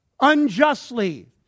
unjustly